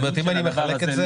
זאת אומרת אם אני מחלק את זה,